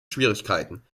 schwierigkeiten